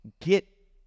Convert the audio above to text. get